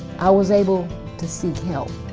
i was able to seek help.